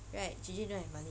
right J_J don't have money